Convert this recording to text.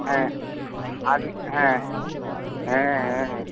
ஆ அது ஆ ஆ ஆ